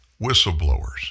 whistleblowers